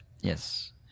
Yes